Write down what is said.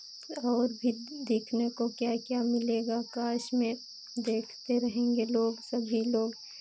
और भी देखने को क्या क्या मिलेगा अकाश में देखते रहेंगे लोग सभी लोग